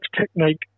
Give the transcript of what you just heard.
technique